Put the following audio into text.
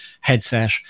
headset